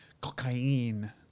cocaine